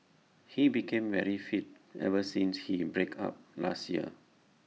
he became very fit ever since his break up last year